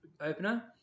opener